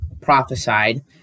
prophesied